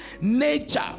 nature